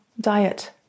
diet